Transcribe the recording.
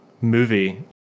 movie